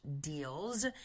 deals